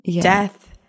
death